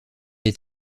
est